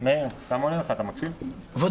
כבוד